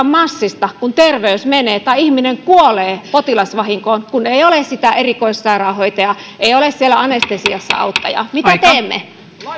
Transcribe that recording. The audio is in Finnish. massista kun terveys menee tai ihminen kuolee potilasvahinkoon kun ei ole sitä erikoissairaanhoitajaa ei ole siellä anestesiassa auttajaa mitä teemme